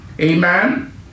Amen